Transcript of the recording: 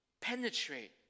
penetrate